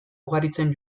ugaritzen